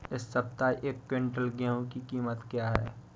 इस सप्ताह एक क्विंटल गेहूँ की कीमत क्या है?